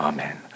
Amen